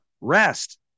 rest